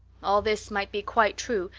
all this might be quite true,